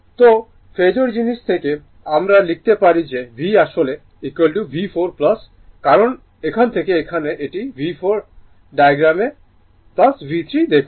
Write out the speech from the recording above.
সুতরাং ফেজোর জিনিস থেকে আমরা লিখতে পারি যে V আসলে V4 কারণ এখান থেকে এখানে এটি V4 ডায়াগ্রাম V3 দেখুন